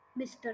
Mr